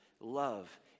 love